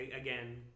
Again